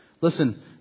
Listen